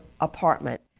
apartment